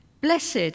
Blessed